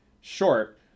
short